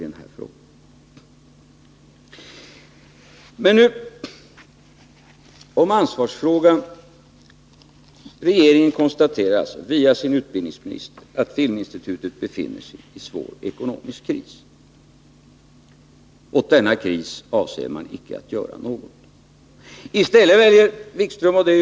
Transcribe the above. Men nu till ansvarsfrågan. Regeringen konstaterar alltså, via sin utbildningsminister, att Filminstitutet befinner sig i svår ekonomisk kris. Åt denna kris avser man icke att göra något. I stället väljer Jan-Erik Wikström — för all.